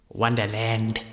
wonderland